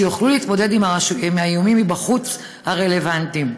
כדי שיוכלו להתמודד עם האיומים הרלוונטיים מבחוץ.